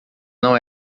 não